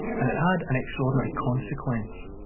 and it had an extraordinary consequence.